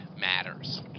matters